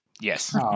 Yes